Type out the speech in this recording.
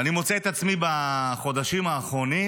ואני מוצא את עצמי בחודשים האחרונים,